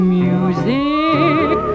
music